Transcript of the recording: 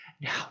Now